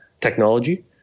technology